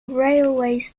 railways